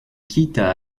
quitta